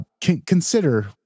consider